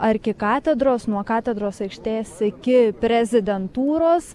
arkikatedros nuo katedros aikštės iki prezidentūros